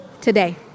Today